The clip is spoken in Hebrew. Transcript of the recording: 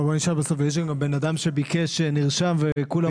ויש גם בן אדם שנרשם וביקש וכולם מדברים.